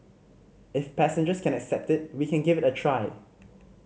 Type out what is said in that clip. if passengers can accept it we can give it a try